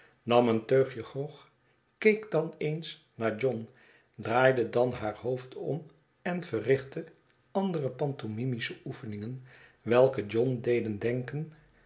nam een teugje grog keek dan eens naar john draaide dan haar hoofd om en verrichtte andere pantomimische oefeningen welke john deden denken